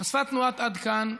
חשפה תנועת עד כאן,